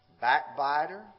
backbiter